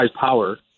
power